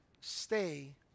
stay